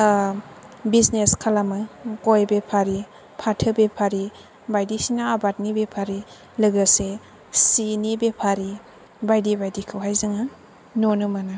business खालामो गय बेफारि फाथै बेफारि बाइदिसिना आबादनि बेफारि लोगोसे सिनि बेफारि बाइदि बाइदिखौहाइ जोङो नुनो मोनो